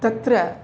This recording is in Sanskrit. तत्र